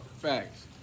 Facts